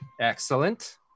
Excellent